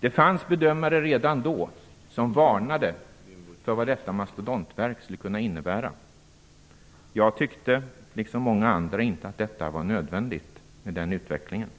det redan då fanns bedömare som varnade för vad detta mastodontverk skulle kunna innebära. Jag tyckte liksom många andra inte att den utvecklingen var nödvändig.